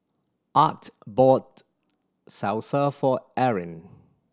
Art bought Salsa for Erin